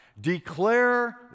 Declare